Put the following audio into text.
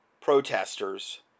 protesters